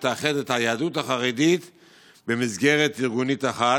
שתאחד את היהדות החרדית במסגרת ארגונית אחת.